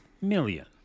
Million